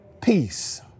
peace